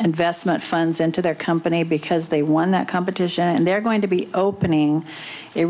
investment funds into their company because they won that competition and they're going to be opening a